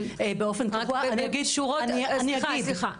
סליחה, סליחה.